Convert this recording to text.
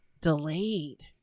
delayed